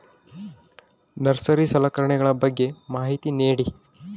Nursery ಸಲಕರಣೆಗಳ ಬಗ್ಗೆ ಮಾಹಿತಿ ನೇಡಿ?